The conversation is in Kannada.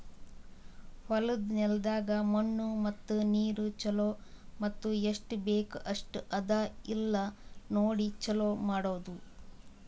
ಹೊಲದ ನೆಲದಾಗ್ ಮಣ್ಣು ಮತ್ತ ನೀರು ಛಲೋ ಮತ್ತ ಎಸ್ಟು ಬೇಕ್ ಅಷ್ಟೆ ಅದಾ ಇಲ್ಲಾ ನೋಡಿ ಛಲೋ ಮಾಡದು